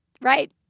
Right